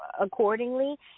accordingly